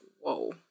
whoa